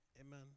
amen